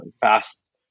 fast